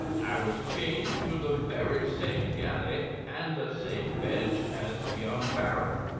i was chained to the very same galley and the same bench as the young baron.